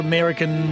American